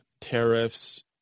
tariffs